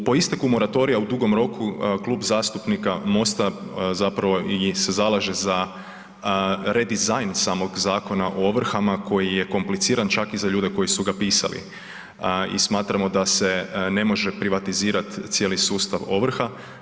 U, po isteku moratorija u dugom roku Klub zastupnika MOST-a zapravo i se zalaže za redizajn samog Zakona o ovrhama koji je kompliciran čak i za ljude koji su ga pisali i smatramo da se ne može privatizirat cijeli sustav ovrha.